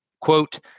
quote